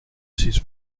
sis